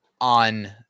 on